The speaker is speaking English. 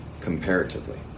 comparatively